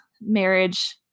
marriage